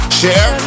share